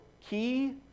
key